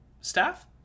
staff